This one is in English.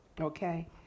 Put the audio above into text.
okay